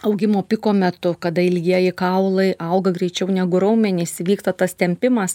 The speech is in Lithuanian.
augimo piko metu kada ilgieji kaulai auga greičiau negu raumenys vyksta tas tempimas